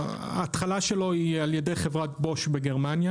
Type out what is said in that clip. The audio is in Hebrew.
ההתחלה שלו היא על ידי חברת בוש בגרמניה